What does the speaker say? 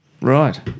Right